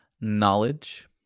knowledge